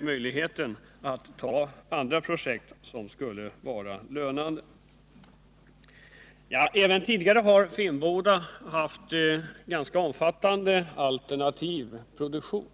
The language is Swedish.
möjligheten att ta emot andra projekt som skulle ha varit lönande. Finnboda har även tidigare haft en ganska omfattande alternativ produktion.